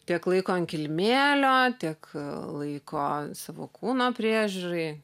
tiek laiko an kilimėlio tiek laiko savo kūno priežiūrai